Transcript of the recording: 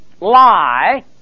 lie